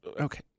Okay